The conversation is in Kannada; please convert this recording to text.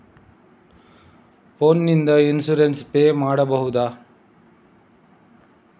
ಫೋನ್ ನಿಂದ ಇನ್ಸೂರೆನ್ಸ್ ಪೇ ಮಾಡಬಹುದ?